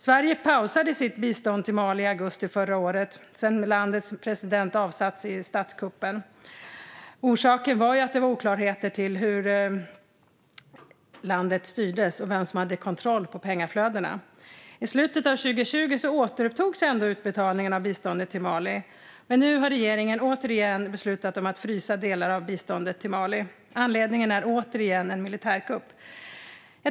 Sverige pausade sitt bistånd till Mali i augusti förra året sedan landets president avsatts i statskuppen. Orsaken var att det rådde oklarheter kring hur landet styrdes och vem som hade kontroll över pengaflödena. I slutet av 2020 återupptogs utbetalningarna av bistånd till Mali. Nu har regeringen åter beslutat att frysa delar av biståndet till Mali. Anledningen är återigen en militärkupp.